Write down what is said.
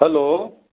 hello